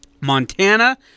Montana